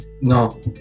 No